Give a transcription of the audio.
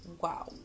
Wow